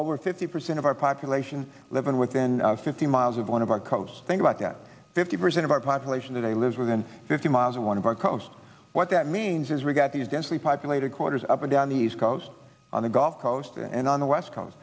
over fifty percent of our population living within fifty miles of one of our coasts think about that fifty percent of our population today lives within fifty miles of one of our coasts what that means is we've got these densely populated quarters up and down the east coast on the gulf coast and on the west coast